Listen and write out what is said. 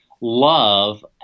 love